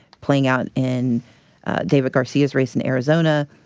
playing out in david garcia's race in arizona,